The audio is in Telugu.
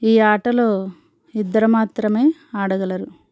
ఈ ఆటలో ఇద్దరు మాత్రమే ఆడగలరు